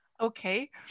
Okay